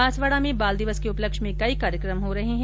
बांसवाडा में बाल दिवस के उपलक्ष्य में कई कार्यक्रम हो रहे है